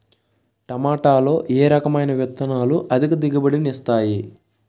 టమాటాలో ఏ రకమైన విత్తనాలు అధిక దిగుబడిని ఇస్తాయి